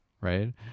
right